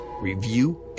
review